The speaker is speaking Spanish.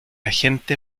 agente